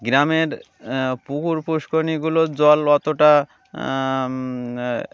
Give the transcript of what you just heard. গ্রামের পুকুর পুষ্করিণীগুলোর জল অতটা